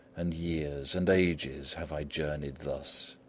and years, and ages have i journeyed thus!